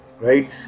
right